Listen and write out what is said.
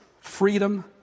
freedom